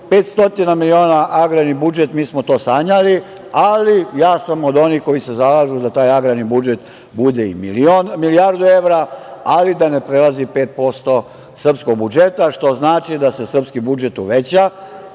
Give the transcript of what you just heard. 500 miliona, mi smo to sanjali, ali ja sam od onih koji se zalažu da taj agrarni budžet bude i milijardu evra, ali da ne prelazi 5% srpskog budžeta, što znači da se srpski budžet uveća,